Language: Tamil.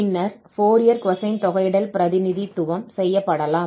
பின்னர் ஃபோரியர் cosine தொகையிடல் பிரதிநிதித்துவம் செய்யப்படலாம்